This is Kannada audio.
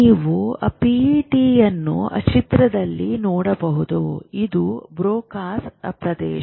ನೀವು ಪಿಇಟಿ ಚಿತ್ರವನ್ನು ನೋಡಬಹುದು ಇದು ಬ್ರೊಕಾಸ್ ಪ್ರದೇಶ